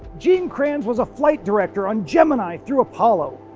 gene kranz was a flight director on gemini through apollo.